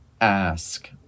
ask